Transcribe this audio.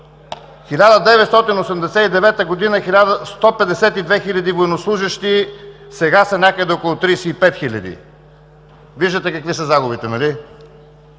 година – 152 хиляди военнослужещи, сега са някъде около 35 хиляди. Виждате какви са загубите, нали?